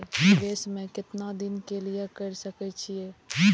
निवेश में केतना दिन के लिए कर सके छीय?